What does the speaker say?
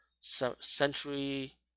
Century